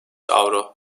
avro